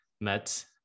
met